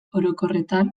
orokorretan